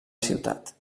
ciutat